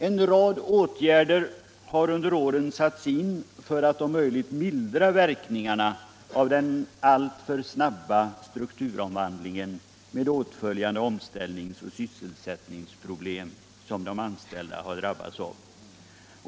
En rad åtgärder har under åren satts in för att om möjligt mildra verkningarna av den alltför snabba strukturomvandlingen med åtföljande omställnings och sysselsättningsproblem, som de anställda har drabbats av.